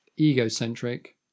egocentric